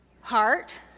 heart